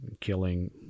killing